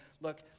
look